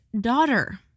daughter